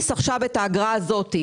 האגרה הזו היא